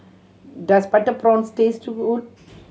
does butter prawns taste good